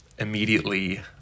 Immediately